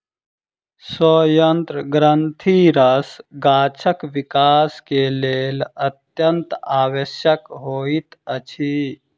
सयंत्र ग्रंथिरस गाछक विकास के लेल अत्यंत आवश्यक होइत अछि